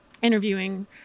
interviewing